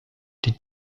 die